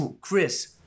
Chris